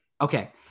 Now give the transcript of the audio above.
Okay